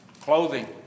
clothing